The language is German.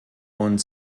und